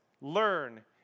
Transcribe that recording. learn